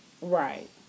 Right